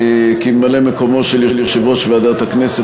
כממלא-מקומו של יושב-ראש ועדת הכנסת,